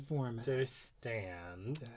understand